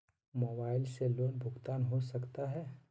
Mobile से loan भुगतान हो सकता है?